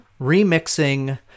remixing